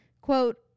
quote